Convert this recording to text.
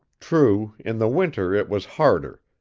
true, in the winter it was harder,